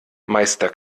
meister